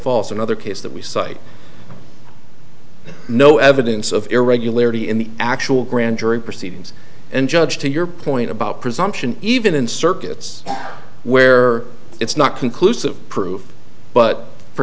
falls another case that we cite no evidence of irregularity in the actual grand jury proceedings and judge to your point about presumption even in circuits where it's not conclusive proof but for